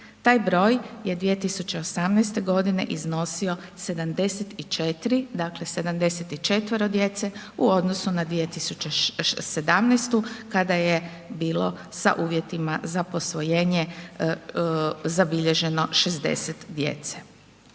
Taj broj je 2018. g. iznosio 74, dakle 74 djece u odnosu na 2017. kada je bilo sa uvjetima za posvojenje zabilježeno 60 djece.